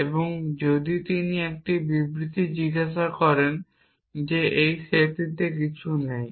এবং যদি তিনি একটি বিবৃতি জিজ্ঞাসা করেন যে এই সেটটিতে কিছু নেই